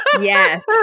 yes